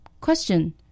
Question